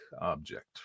object